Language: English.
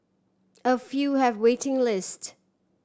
a few have waiting list